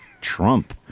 Trump